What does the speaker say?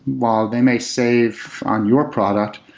while they may save on your product,